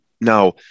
Now